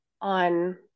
on